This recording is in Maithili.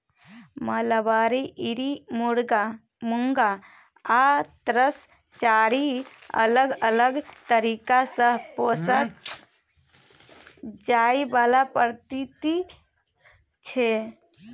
मलबरी, इरी, मुँगा आ तसर चारि अलग अलग तरीका सँ पोसल जाइ बला पद्धति छै